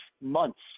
months